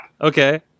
Okay